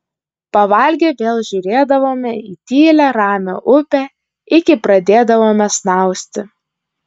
pavalgę vėl žiūrėdavome į tylią ramią upę iki pradėdavome snausti